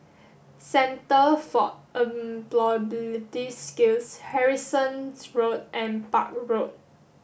centre for Employability Skills Harrison Road and Park Road